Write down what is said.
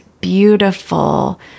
beautiful